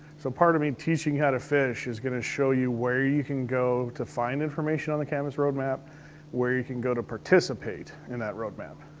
so part of me teaching you how to fish is gonna show you where you can go to find information on the canvas roadmap where you can go to participate in that roadmap.